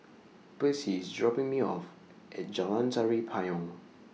Percy IS dropping Me off At Jalan Tari Payong